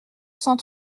cent